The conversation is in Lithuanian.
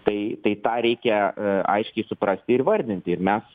tai tai tą reikia aiškiai suprasti ir įvardinti ir mes